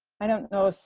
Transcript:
i don't know so